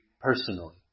personally